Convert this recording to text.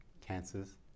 Cancers